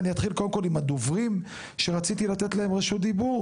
אני אתחיל קודם כל עם הדוברים שרציתי לתת להם רשות דיבור.